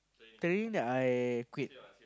training then I quit